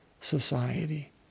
society